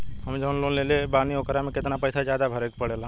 हम जवन लोन लेले बानी वोकरा से कितना पैसा ज्यादा भरे के पड़ेला?